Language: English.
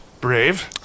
Brave